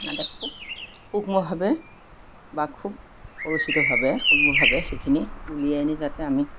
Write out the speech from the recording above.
খুব সুক্ষ্মভাৱে বা খুব পৰিচিতভাৱে সুক্ষ্মভাৱে সেইখিনি উলিয়াই নি যাতে আমি